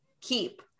keep